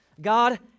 God